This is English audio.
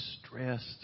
stressed